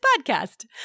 podcast